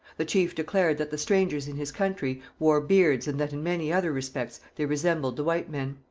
the chief declared that the strangers in his country wore beards and that in many other respects they resembled the white men.